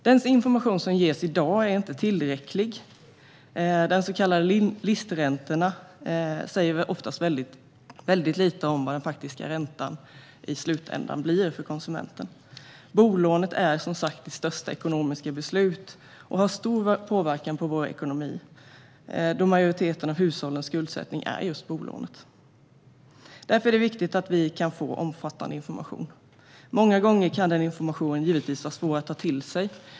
Den information som ges i dag är inte tillräcklig. De så kallade listräntorna säger ofta väldigt lite om vad den faktiska räntan för konsumenten blir i slutändan. Bolånet är som sagt vårt största ekonomiska beslut och har stor påverkan på vår ekonomi då majoriteten av hushållens skuldsättning är just bolånet. Därför är det viktigt att vi kan få omfattande information. Många gånger kan den informationen givetvis vara svår att ta till sig.